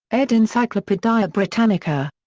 ed. encyclopaedia britannica.